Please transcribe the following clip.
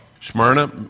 Smyrna